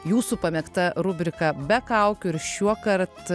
jūsų pamėgta rubrika be kaukių ir šiuokart